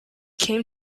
came